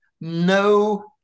No